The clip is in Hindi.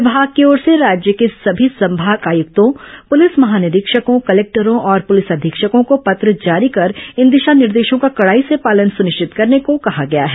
विभाग की ओर से राज्य के सभी संभाग आयुक्तों पुलिस महानिरीक्षकों कलेक्टरों और पुलिस अधीक्षकों को पत्र जारी कर इन दिशा निर्देशों का कड़ाई से पालन सुनिश्चित करने को कहा गया है